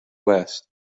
west